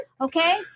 Okay